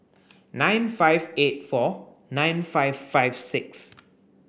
nine five eight four nine five five six